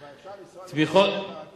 כבר אפשר לנסוע לכרמיאל ברכבת?